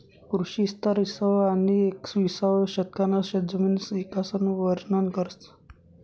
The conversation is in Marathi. कृषी इस्तार इसावं आनी येकविसावं शतकना शेतजमिनना इकासन वरनन करस